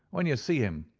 when you see him,